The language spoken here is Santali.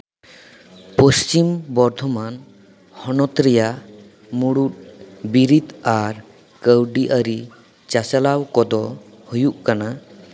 ᱯᱚᱥᱪᱷᱤᱢ ᱵᱚᱨᱫᱷᱚᱢᱟᱱ ᱦᱚᱱᱚᱛ ᱨᱮᱭᱟᱜ ᱢᱩᱬᱩᱫ ᱵᱤᱨᱤᱫ ᱟᱨ ᱠᱟᱹᱣᱰᱤ ᱟᱹᱨᱤ ᱪᱟᱪᱞᱟᱣ ᱠᱚᱫᱚ ᱦᱩᱭᱩᱜ ᱠᱟᱱᱟ